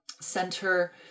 Center